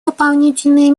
дополнительные